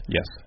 Yes